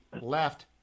left